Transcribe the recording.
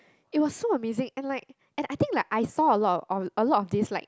it was so amazing and like and I think like I saw a lot of a lot of these like